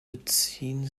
beziehen